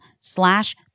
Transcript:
slash